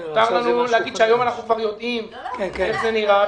היום אנחנו יודעים איך זה נראה.